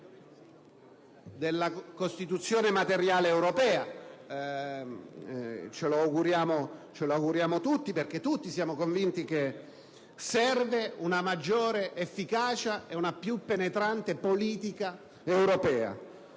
della Costituzione materiale europea. Ce lo auguriamo tutti, perché tutti siamo convinti che serve una maggiore efficacia e una più penetrante politica europea.